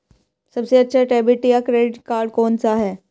सबसे अच्छा डेबिट या क्रेडिट कार्ड कौन सा है?